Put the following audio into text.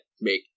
make